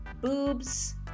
boobs